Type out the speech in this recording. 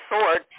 sword